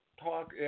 talk